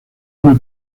una